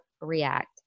react